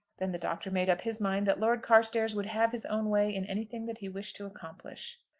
then the doctor made up his mind that lord carstairs would have his own way in anything that he wished to accomplish.